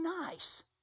nice